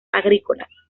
agrícolas